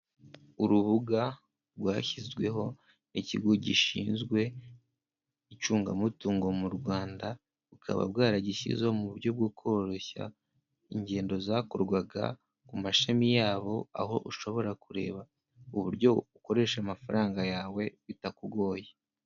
Urubuga rwashyizweho n'ikigo gishinzwe icungamutungo mu Rwanda, bukaba bwaragishyizeho mu buryo bwo koroshya ingendo zakorwaga, ku mashami yabo aho ushobora kureba uburyo ukoresha amafaranga yawe bitakugoye.